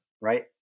right